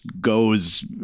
goes